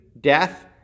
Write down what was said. death